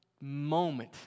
moment